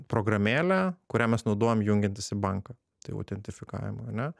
programėlę kurią mes naudojam jungiantis į banką tai autentifikavimo ane